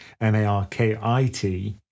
M-A-R-K-I-T